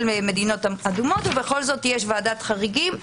מדינות אדומות ובכל זאת יש ועדת חריגים.